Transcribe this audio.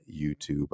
youtube